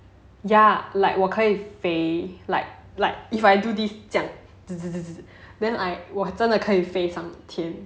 ya like 我可以飞 like like if I do this 这样 then I 我真的可以飞上天